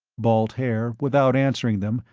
balt haer without answering them,